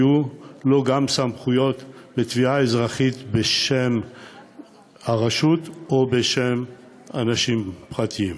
יהיו לה גם סמכויות בתביעה אזרחית בשם הרשות או בשם אנשים פרטיים.